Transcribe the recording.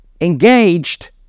engaged